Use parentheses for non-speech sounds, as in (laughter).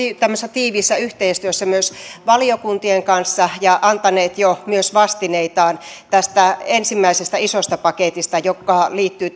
tiiviissä yhteistyössä myös valiokuntien kanssa ja antaneet jo myös vastineitaan tästä ensimmäisestä isosta paketista joka liittyy (unintelligible)